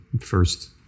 first